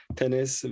tennis